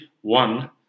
one